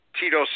tito